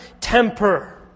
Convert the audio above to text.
temper